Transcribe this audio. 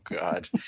God